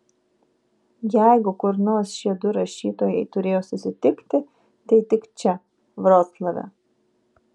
jeigu kur nors šie du rašytojai turėjo susitikti tai tik čia vroclave